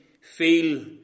feel